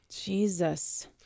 Jesus